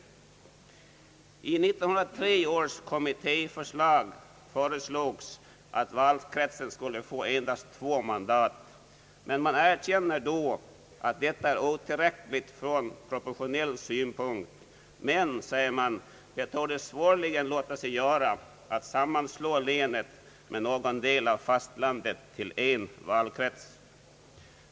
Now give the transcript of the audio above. I 1903 års kommittéförslag föreslogs att valkretsen endast skulle få två mandat, men man erkände då att detta var otillräckligt ur proportionell synpunkt. Man framhåller emellertid att det svårligen skulle låta sig göra att sammanslå länet med någon del av fastlandet till en valkrets.